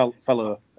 fellow